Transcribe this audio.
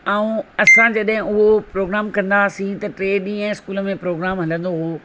ऐं असां जॾहिं उहो प्रोग्राम कंदा हुआसीं त टे ॾींहं स्कूल में प्रोग्राम हलंदो हुओ